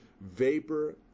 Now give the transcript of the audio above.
vapor